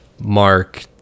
mark